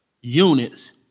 units